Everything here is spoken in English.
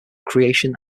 creation